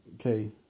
Okay